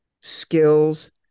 skills